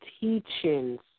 teachings